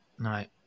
Right